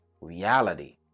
reality